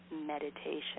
meditation